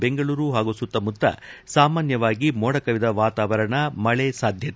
ಬೆಂಗಳೂರು ಹಾಗೂ ಸುತ್ತಮುತ್ತ ಸಾಮಾನ್ವವಾಗಿ ಮೋಡ ಕವಿದ ವಾತಾವರಣ ಮಳೆ ಸಾಧ್ಯತೆ